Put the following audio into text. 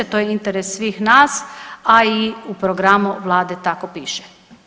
To je interes svih nas a i u Programu Vlade tako piše.